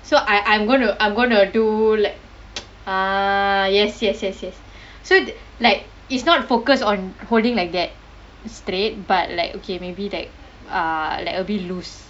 so I I'm gonna I'm gonna do like ah yes yes yes yes so like it's not focus on holding like that straight but like okay maybe like uh like a bit loose